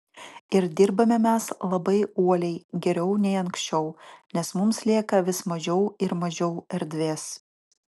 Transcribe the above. ir dirbame mes labai uoliai geriau nei anksčiau nes mums lieka vis mažiau ir mažiau erdvės